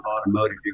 automotive